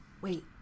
Wait